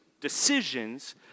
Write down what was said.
decisions